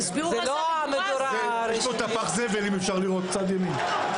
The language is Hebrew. שרפו את פח הזבל מצד ימין.